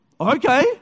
Okay